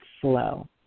flow